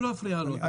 אני לא אפריע לו.